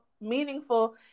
meaningful